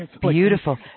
Beautiful